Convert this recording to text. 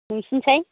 नोंसिनि साय